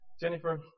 Jennifer